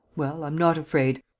well, i'm not afraid.